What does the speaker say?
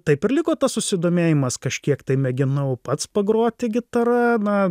taip ir liko tas susidomėjimas kažkiek tai mėginau pats pagroti gitara na